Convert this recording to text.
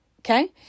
Okay